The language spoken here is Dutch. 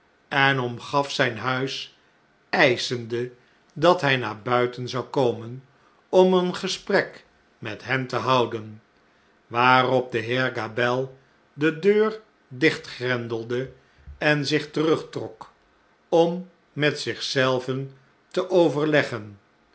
en omgaf zijn huis eischende dat hij naar buiten zou komen om een gesprek met hea te houden waarop de heer gabelle de deur dichtgrendelde en zich terugtrok om met zich zelven te overleggen